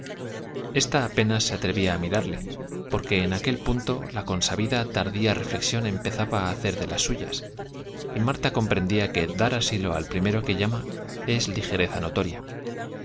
ésta apenas se atrevía á mirarle porque en aquel punto la consabida tardía reflexión empezaba á hacer de las suyas y marta comprendía que dar asilo al primero que llama es ligereza notoria